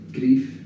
grief